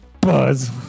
buzz